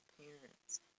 parents